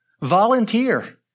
Volunteer